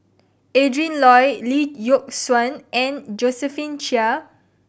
Adrin Loi Lee Yock Suan and Josephine Chia